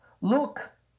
Look